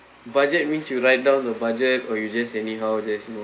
budget means you write down the budget or you just anyhow there's no